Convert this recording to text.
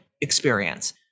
experience